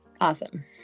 Awesome